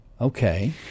Okay